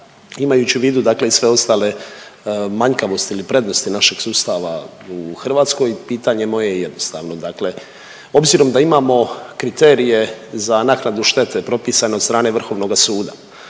imajući u vidu dakle i sve ostale manjkavosti ili prednosti našeg sustava u Hrvatskoj pitanje moje je jednostavno. Dakle, obzirom da imamo kriterije za naknadu štete propisane od strane Vrhovnoga suda,